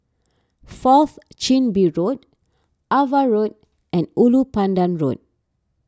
Fourth Chin Bee Road Ava Road and Ulu Pandan Road